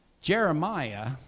Jeremiah